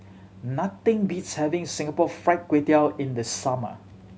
nothing beats having Singapore Fried Kway Tiao in the summer